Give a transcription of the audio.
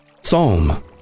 Psalm